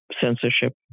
censorship